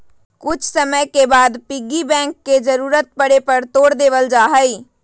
कुछ समय के बाद पिग्गी बैंक के जरूरत पड़े पर तोड देवल जाहई